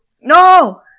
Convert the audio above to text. No